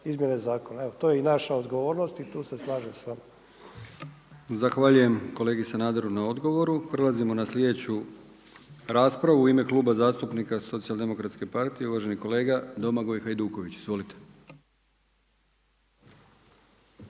izmjene zakona. Evo to je i naša odgovornost i tu se slažem sa vama. **Brkić, Milijan (HDZ)** Zahvaljujem kolegi Sanaderu na odgovoru. Prelazimo na sljedeću raspravu u ime Kluba zastupnika Socijaldemokratske partije uvaženi kolega Domagoj Hajduković. Izvolite.